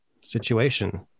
situation